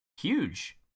huge